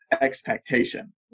expectation